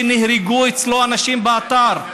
שנהרגו אצלו אנשים באתר.